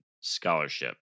scholarship